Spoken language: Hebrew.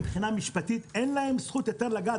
מבחינה משפטית אין להם זכות לגעת.